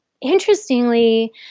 Interestingly